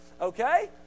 Okay